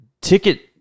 ticket